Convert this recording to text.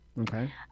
Okay